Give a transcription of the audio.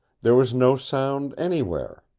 there was no sound anywhere.